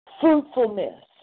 fruitfulness